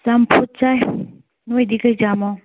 ꯆꯝꯐꯨꯠ ꯆꯥꯏ ꯅꯣꯏꯗꯤ ꯀꯩ ꯆꯥꯃꯣ